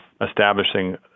establishing